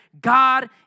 God